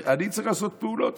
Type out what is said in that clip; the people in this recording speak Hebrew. אני צריך לעשות פעולות,